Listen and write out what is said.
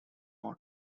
out